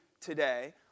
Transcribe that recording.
today